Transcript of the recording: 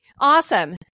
Awesome